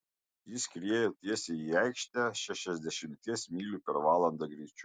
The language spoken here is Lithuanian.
ji skriejo tiesiai į aikštę šešiasdešimties mylių per valandą greičiu